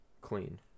clean